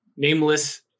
Nameless